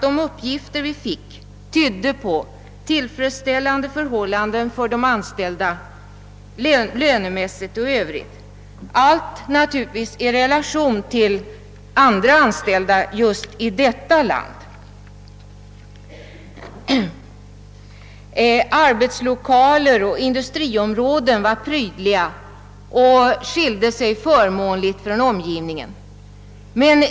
De uppgifter vi fick tydde emellertid på tillfredsställande förhållanden för de anställda både lönemässigt och i övrigt — allt naturligtvis i relation till andra anställdas villkor i vederbörande land. Arbetslokaler och industriområden var prydliga och skilde sig förmånligt från omgivningen.